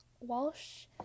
Walsh